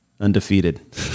Undefeated